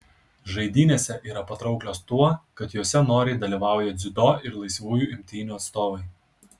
žaidynėse yra patrauklios tuo kad jose noriai dalyvauja dziudo ir laisvųjų imtynių atstovai